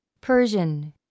Persian